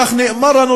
כך נאמר לנו,